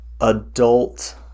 adult